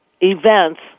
events